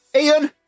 Ian